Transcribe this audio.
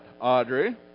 Audrey